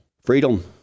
Freedom